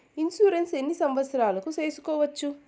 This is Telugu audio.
ఇన్సూరెన్సు ఎన్ని సంవత్సరాలకు సేసుకోవచ్చు?